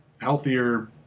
healthier